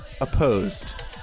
Opposed